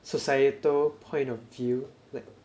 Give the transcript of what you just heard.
societal point of view like